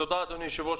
תודה אדוני-היושב ראש.